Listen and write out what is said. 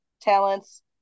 talents